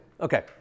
Okay